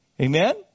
Amen